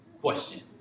question